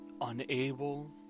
unable